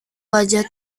wajah